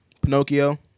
Pinocchio